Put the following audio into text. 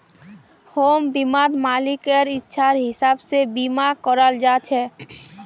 home बीमात मालिकेर इच्छार हिसाब से बीमा कराल जा छे